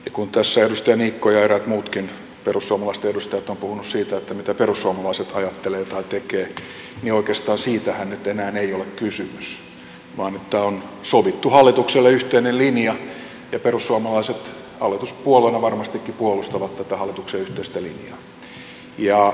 kun tässä edustaja niikko ja eräät muutkin perussuomalaisten edustajat ovat puhuneet siitä mitä perussuomalaiset ajattelevat tai tekevät niin oikeastaan siitähän nyt enää ei ole kysymys vaan on sovittu hallitukselle yhteinen linja ja perussuomalaiset hallituspuolueena varmastikin puolustavat tätä hallituksen yhteistä linjaa